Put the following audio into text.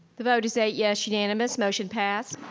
the vote is eight yes, unanimous motion passed.